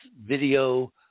video